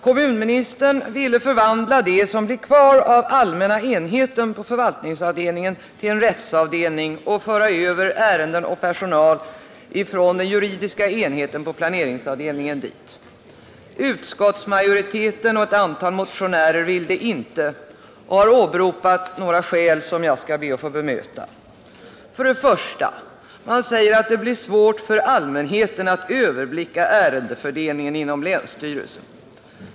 Kommunministern ville förvandla det som blir kvar av allmänna enheten på förvaltningsavdelningen till en rättsavdelning och föra över ärenden och personal från den juridiska enheten på planeringsavdelningen dit. Utskottsmajoriteten och ett antal motionärer vill det inte och har åberopat ett antal skäl, som jag skall be att få bemöta. För det första säger man att det blir svårt för allmänheten att överblicka ärendefördelningen inom länsstyrelsen.